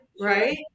right